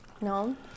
no